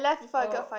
oh